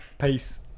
peace